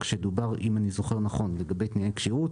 כשדובר אם אני זוכר נכון לגבי תנאי כשירות,